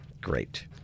Great